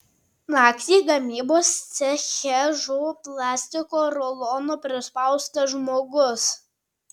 naktį gamybos ceche žuvo plastiko rulono prispaustas žmogus